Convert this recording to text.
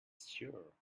sure